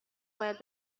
باید